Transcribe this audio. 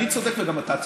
אני צודק, וגם אתה צודק.